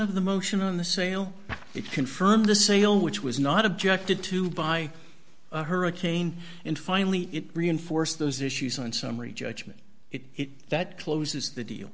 of the motion on the sale it confirmed the sale which was not objected to by a hurricane and finally it reinforced those issues on summary judgment it that closes the deal